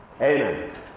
Amen